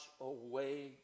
away